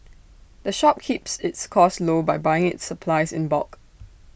the shop keeps its costs low by buying its supplies in bulk